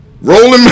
rolling